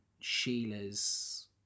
Sheila's